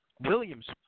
Williams